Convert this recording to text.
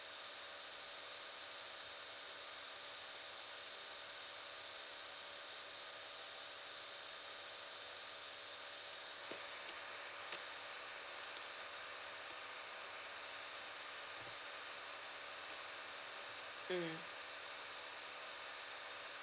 mmhmm